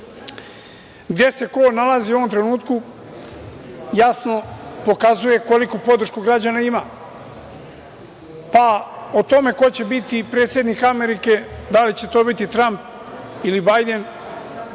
se ko nalazi u ovom trenutku jasno pokazuje koliku podršku građana ima. Pa o tome ko će biti predsednik Amerike, da li će to biti Tramp ili Bajden,